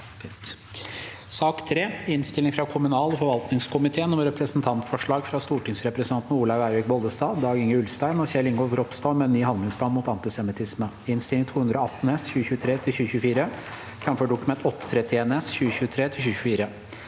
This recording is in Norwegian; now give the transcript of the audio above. Innstilling fra kommunal- og forvaltningskomiteen om Representantforslag fra stortingsrepresentantene Olaug Vervik Bollestad, Dag-Inge Ulstein og Kjell Ingolf Ropstad om en ny handlingsplan mot antisemittisme (Innst. 218 S (2023–2024), jf. Dokument 8:31 S (2023–